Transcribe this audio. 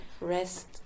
rest